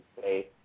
say